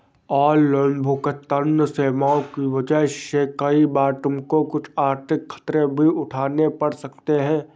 online भुगतन्न सेवाओं की वजह से कई बार तुमको कुछ आर्थिक खतरे भी उठाने पड़ सकते हैं